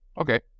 Okay